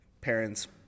parents